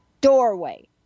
doorway